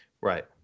Right